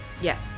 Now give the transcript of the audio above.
Yes